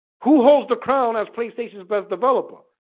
who holds the crown as playstations best developer?